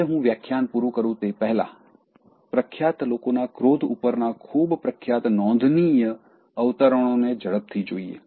હવે હું વ્યાખ્યાન પૂર્ણ કરું તે પહેલાં પ્રખ્યાત લોકોના ક્રોધ ઉપરના ખૂબ પ્રખ્યાત નોંધનીય અવતરણોને ઝડપથી જોઈએ